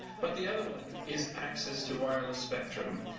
but the other one is access to wireless spectrum.